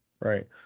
right